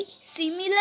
similar